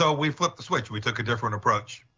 so we flipped the switch. we took a different approach.